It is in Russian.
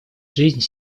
жизнь